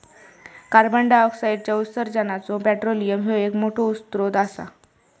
कार्बंडाईऑक्साईडच्या उत्सर्जानाचो पेट्रोलियम ह्यो एक मोठो स्त्रोत असा